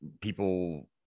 people